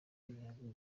n’ibihugu